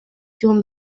جون